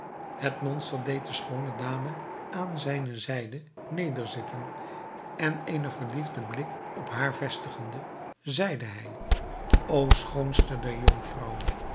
het monster deed de schoone dame aan zijne zijde nederzitten en eenen verliefden blik op haar vestigende zeide hij o schoonste der jonkvrouwen